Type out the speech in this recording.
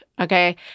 Okay